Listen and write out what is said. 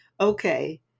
okay